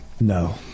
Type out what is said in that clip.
No